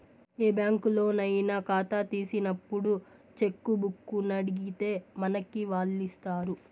ఏ బ్యాంకులోనయినా కాతా తీసినప్పుడు చెక్కుబుక్కునడిగితే మనకి వాల్లిస్తారు